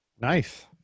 Nice